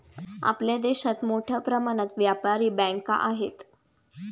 आपल्या देशात मोठ्या प्रमाणात व्यापारी बँका आहेत